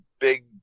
big